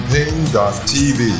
Pain.tv